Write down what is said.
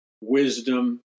wisdom